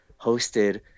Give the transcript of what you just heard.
hosted